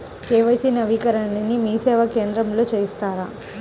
KYC నవీకరణని మీసేవా కేంద్రం లో చేస్తారా?